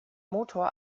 motor